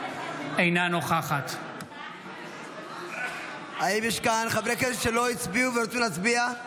אינה נוכחת האם יש כאן חברי כנסת שלא הצביעו ורצו להצביע?